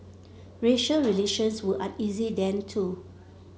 racial relations were uneasy then too